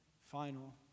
final